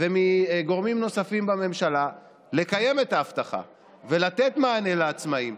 ומגורמים נוספים בממשלה לקיים את ההבטחה ולתת מענה לעצמאים,